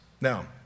Now